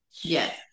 Yes